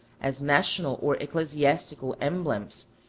as national or ecclesiastical emblems,